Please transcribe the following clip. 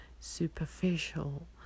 superficial